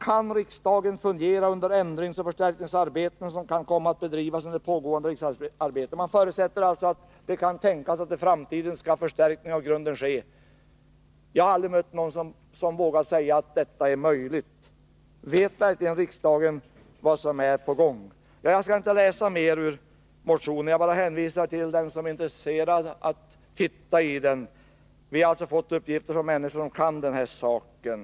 ”Kan riksdagen fungera under ändringsoch förstärkningsarbeten, som kan komma att bedrivas under pågående riksdagsarbete?” Man förutsätter alltså att det kan tänkas att en förstärkning av grunden skall ske i framtiden. Jag har aldrig mött någon som vågat säga att något sådant är möjligt. Vet verkligen riksdagen vad som är på gång? Jag skall inte läsa mera ur motionen. Jag kan bara hänvisa den som är intresserad att ta del av vår motion. Vi har alltså fått uppgifterna från människor som kan den här saken.